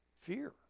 Fear